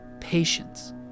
patience